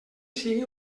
sigui